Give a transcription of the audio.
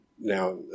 Now